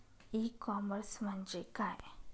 E commerce म्हणजे काय?